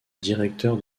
directeur